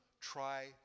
try